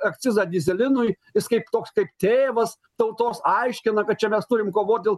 akcizą dyzelinui jis kaip toks kaip tėvas tautos aiškina kad čia mes turim kovot dėl